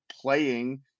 playing